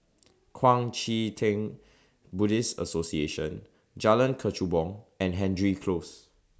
Kuang Chee Tng Buddhist Association Jalan Kechubong and Hendry Close